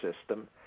system